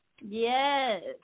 Yes